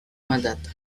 mandato